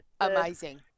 amazing